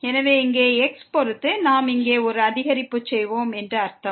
எனவே இங்கே x பொறுத்து நாம் இங்கே ஒரு அதிகரிப்பு செய்வோம் என்று அர்த்தம்